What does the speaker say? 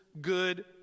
good